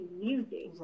music